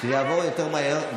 כדי שזה יעבור יותר מהר,